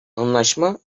anlaşma